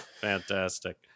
Fantastic